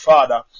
Father